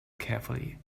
carefully